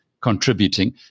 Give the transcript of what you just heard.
contributing